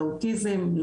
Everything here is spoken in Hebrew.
לאוטיזם,